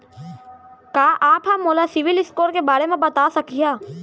का आप हा मोला सिविल स्कोर के बारे मा बता सकिहा?